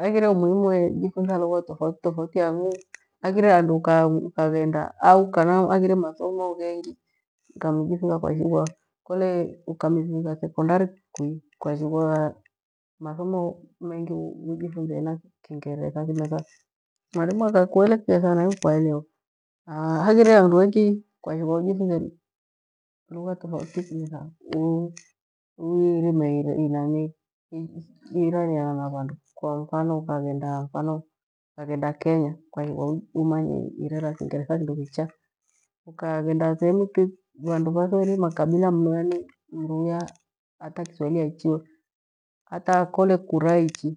Haghere umuhinu we jifunze lugha tofautitofauti hang'u haghire handu ukaghenda au kana haghire mathomo mengi ukamijifunza kwashighwa kole ukamfika thekondari kui kwashighwa mathomo mengi ujifunze hena kingeretha. kimetha mualimu akakueletha naiwe kwa elewa. Haghire handu hengi kwashighwa ujifunze rugha tofauti, kimethauuirime iiranianana vandu. Kwa mfano, waghenda kenya kwashighwa umanya irera Kingeretha, kindo kicha ukaghenda sehemu tu vandu vathoerrie makabila, mnu mru hata kiswahili aishiwe hata kore kiraichi